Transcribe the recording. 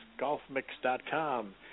GolfMix.com